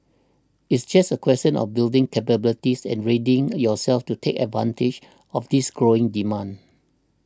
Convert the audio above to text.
it's just a question of building capabilities and readying yourselves to take advantage of this growing demand